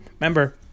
Remember